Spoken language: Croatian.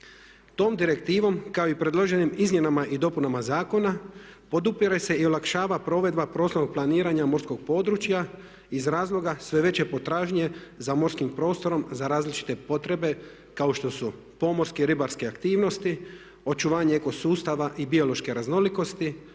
Tom direktivom kao i predloženim izmjenama i dopunama zakona podupire se i olakšava provedba prostornog planiranja morskog područja iz razloga sve veće potražnje za morskim prostorom za različite potrebe kao što su pomorske i ribarske aktivnosti, očuvanje eko sustava i biološke raznolikosti,